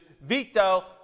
veto